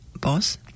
boss